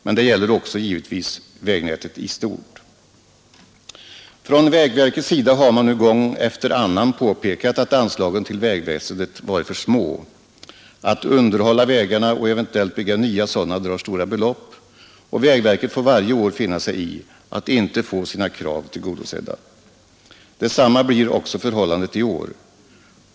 Men detta gäller givetvis också vägnätet i stort. Vägverket har gång efter annan påpekat att anslagen till vägväsendet varit för små. Att underhålla vägarna och eventuellt bygga nya drar stora belopp, och vägverket får varje år finna sig i att inte få sina krav tillgodosedda. Detta blir förhållandet även i år.